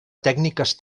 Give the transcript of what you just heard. tècniques